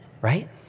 right